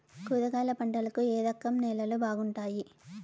కూరగాయల పంటలకు ఏ రకం నేలలు బాగుంటాయి?